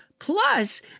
Plus